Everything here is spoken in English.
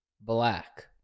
black